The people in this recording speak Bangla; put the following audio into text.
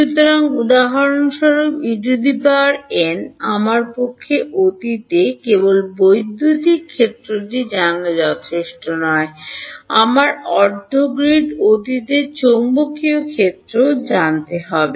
সুতরাং উদাহরণস্বরূপ En আমার পক্ষে অতীতে কেবল বৈদ্যুতিক ক্ষেত্রটি জানা যথেষ্ট নয় আমার অর্ধ গ্রিড অতীতে চৌম্বকীয় ক্ষেত্রও জানতে হবে